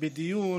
בדיון